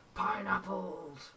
Pineapples